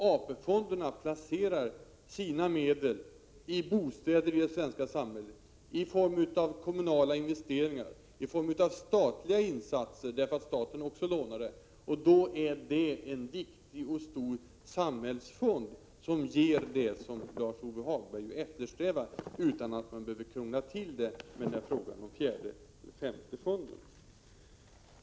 AP-fonderna placerar sina medel i bostäder i form av kommunala investeringar och i form av statliga insatser, och då är det en viktig och stor samhällsfond som ger det som Lars-Ove Hagberg eftersträvar, utan att man behöver krångla till det med frågan om den fjärde eller femte fonden.